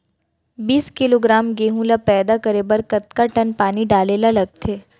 बीस किलोग्राम गेहूँ ल पैदा करे बर कतका टन पानी डाले ल लगथे?